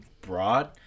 broad